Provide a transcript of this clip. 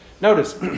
Notice